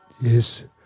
Yes